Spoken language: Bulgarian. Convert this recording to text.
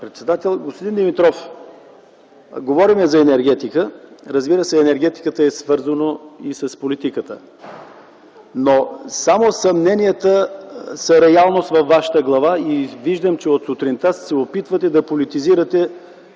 председател. Господин Димитров, говорим за енергетика. Разбира се, енергетиката е свързана и с политиката, но само съмненията са реалност във Вашата глава и виждам, че от сутринта се опитвате все повече да политизирате